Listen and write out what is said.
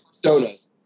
personas